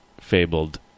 fabled